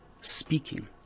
speaking